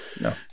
No